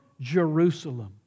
Jerusalem